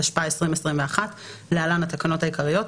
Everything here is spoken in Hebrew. התשפ"א 2021 (להלן התקנות העיקריות),